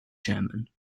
chairman